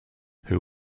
who